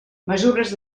mesures